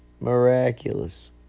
miraculous